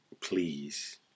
please